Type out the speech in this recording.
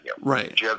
Right